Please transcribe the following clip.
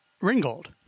Ringgold